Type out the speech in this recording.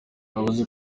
yavuze